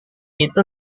itu